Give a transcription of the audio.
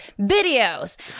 videos